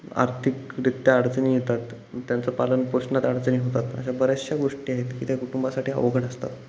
आर्थिकरित्या अडचणी येतात मग त्यांच्या पालनपोषणात अडचणी होतात अशा बऱ्याचशा गोष्टी आहेत की त्या कुटुंबासाठी अवघड असतात